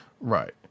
Right